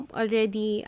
already